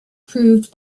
proved